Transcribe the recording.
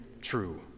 true